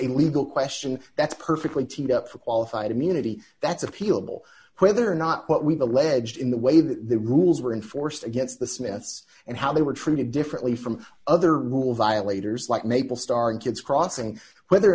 a legal question that's perfectly teed up for qualified immunity that's appealable whether or not what we've alleged in the way that the rules were enforced against the smiths and how they were treated differently from other rule violators like maple starr and kids crossing whether or